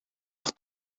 nog